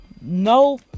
no